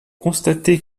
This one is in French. constater